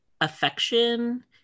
affection